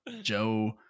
Joe